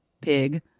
pig